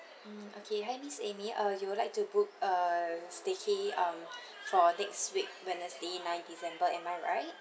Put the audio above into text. mm okay hi miss amy uh you would like to book a staycation um for next week wednesday ninth december am I right